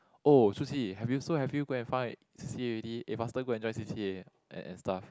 oh shu qi have you so have you go and find C_C_A already eh faster go and join C_C_A and and stuff